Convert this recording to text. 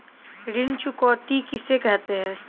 ऋण चुकौती किसे कहते हैं?